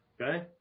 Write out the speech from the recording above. Okay